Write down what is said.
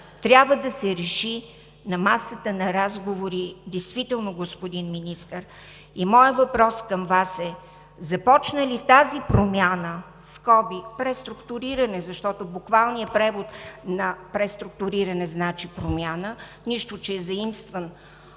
трябва да се реши на масата на разговори действително, господин Министър. И моят въпрос към Вас е: започна ли тази промяна – в скоби „преструктуриране“, защото буквалният превод на „преструктуриране“ значи „промяна“, нищо, че е взаимстван